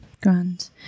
Grand